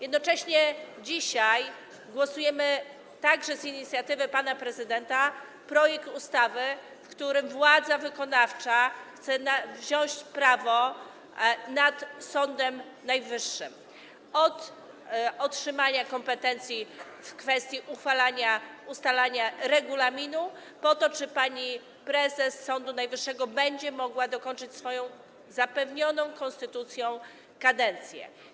Jednocześnie dzisiaj głosujemy także z inicjatywy pana prezydenta nad projektem ustawy, w którym władza wykonawcza chce wziąć prawo nad Sądem Najwyższym - od otrzymania kompetencji w kwestii uchwalania, ustalania regulaminu po to, czy pani prezes Sądu Najwyższego będzie mogła dokończyć swoją zapewnioną konstytucją kadencję.